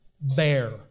bear